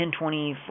1024